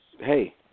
hey